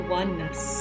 oneness